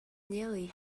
nearly